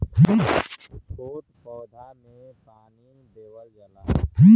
छोट पौधा में पानी देवल जाला